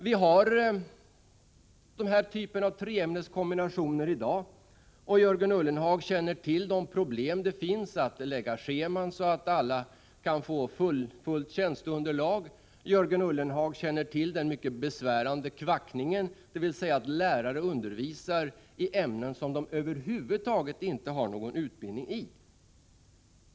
Vi har den här typen av treämneskombinationer i dag, och Jörgen Ullenhag känner till de problem som finns när det gäller att lägga scheman så att alla kan få fullt tjänsteunderlag. Jörgen Ullenhag känner också till den mycket besvärande ”kvackningen”, dvs. att lärare undervisar i ämnen som de över huvud taget inte har någon utbildning i.